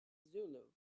zulu